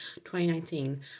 2019